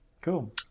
cool